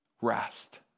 rest